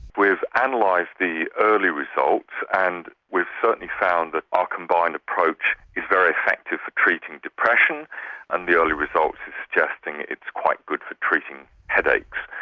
we've analysed and like the early results and we've certainly found that our combined approach is very effective for treating depression and the early results are suggesting it's quite good for treating headaches.